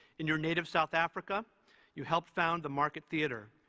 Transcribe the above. in your native south africa you helped found the market theatre,